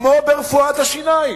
כמו ברפואת השיניים,